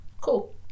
cool